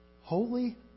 Holy